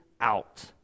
out